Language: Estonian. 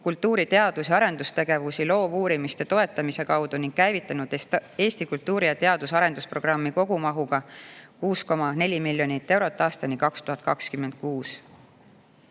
kultuuri teadus‑ ja arendustegevusi loovuurimuste toetamise kaudu ning käivitanud Eesti kultuuri teadus‑ ja arendusprogrammi kogumahuga 6,4 miljonit eurot aastani 2026.Head